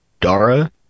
Dara